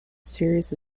series